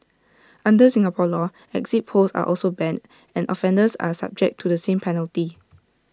under Singapore law exit polls are also banned and offenders are subject to the same penalty